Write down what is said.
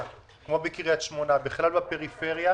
כמו בקריית שמונה ובכלל בפריפריה.